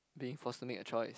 being forced to make a choice